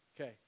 Okay